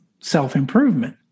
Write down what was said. self-improvement